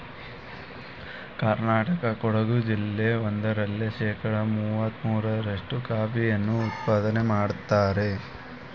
ಕರ್ನಾಟಕದ ಕೊಡಗು ಜಿಲ್ಲೆ ಒಂದರಲ್ಲೇ ಶೇಕಡ ಮುವತ್ತ ಮೂರ್ರಷ್ಟು ಕಾಫಿಯನ್ನು ಉತ್ಪಾದನೆ ಮಾಡ್ತರೆ